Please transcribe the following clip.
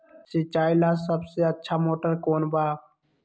सिंचाई ला सबसे अच्छा मोटर कौन बा?